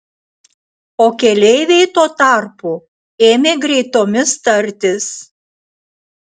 o keleiviai tuo tarpu ėmė greitomis tartis